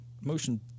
motion